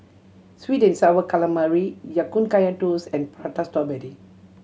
sweet and Sour Calamari Ya Kun Kaya Toast and Prata Strawberry